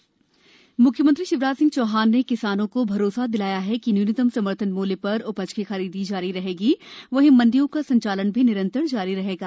किसान सम्मेलन म्ख्यमंत्री शिवराजसिंह चौहान ने किसानों को भरोसा दिलाया है कि न्यूनतम समर्थन मूल्य पर उपज की खरीदी जारी रहेगी वहीं मंडियों का संचालन भी निरंतर जारी रहेगा